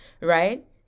right